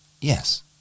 Yes